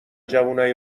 جوونای